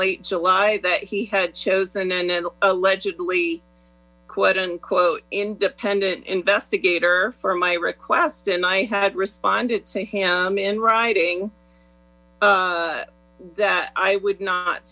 late july that he had chosen an allegedly quote unquote independent investigator for my request and i had responded to him in writing that i would not